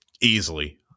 easily